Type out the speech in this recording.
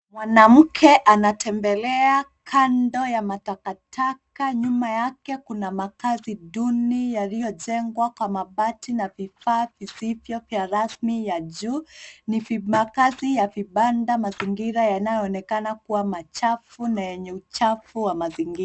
Mwanamke anatembelea kando ya matakataka. Nyuma yake kuna makazi duni yaliyojengwa kwa mabati na vifaa visivyo vya rasmi ya juu. Ni makazi ya vibabda, mazingira yanayoonekana kuwa machafu na yenye uchafu wa mazingira.